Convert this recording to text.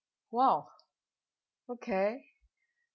!wow! okay